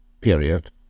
period